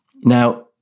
Now